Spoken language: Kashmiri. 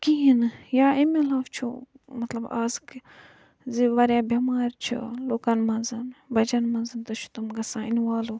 یا امہِ عَلاوٕ چھُ مَطلَب آز کہِ زِ واریاہ بیٚمار چھِ لُکَن مَنٛز بَچَن مَنٛز گَژھان اِنوولو